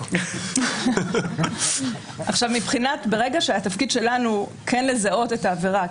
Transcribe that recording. ברגע שהתפקיד שלנו כן לזהות את העבירה,